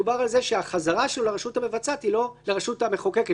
מדובר על זה שהחזרה שלו לרשות המחוקקת,